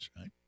right